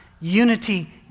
unity